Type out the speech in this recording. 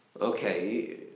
Okay